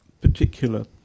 particular